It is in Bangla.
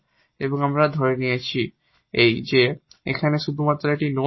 সুতরাং আমরা ধরে নিয়েছি যে এই এখানে শুধু একটি নোট